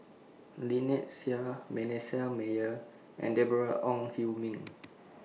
Lynnette Seah Manasseh Meyer and Deborah Ong Hui Min